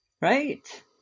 Right